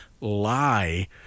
lie